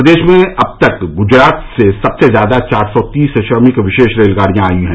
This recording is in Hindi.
प्रदेश में अब तक गुजरात से सबसे ज्यादा चार सौ तीस श्रमिक विशेष रेलगाड़ियां आयी हैं